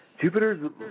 Jupiter's